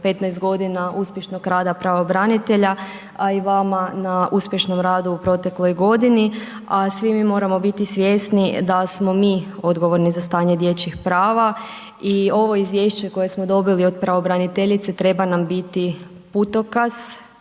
15 g. uspješnog rada pravobranitelja a i vama na uspješnom radu u protekloj godini. A svi mi moramo biti svjesni da smo mi odgovorni za stanje dječjih prava. I ovo izvješće koje smo dobili od pravobraniteljice, treba nam biti putokaz,